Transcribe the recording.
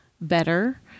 better